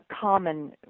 common